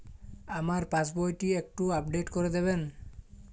আমার পাসবই টি একটু আপডেট করে দেবেন?